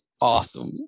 awesome